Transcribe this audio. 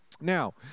Now